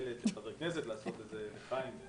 הממשק שלי עם קצין הכנסת הוא ממשק מאוד חיובי,